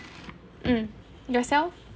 mm yourself